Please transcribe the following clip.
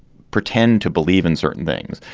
pretend to believe in certain things.